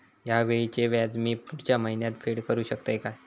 हया वेळीचे व्याज मी पुढच्या महिन्यात फेड करू शकतय काय?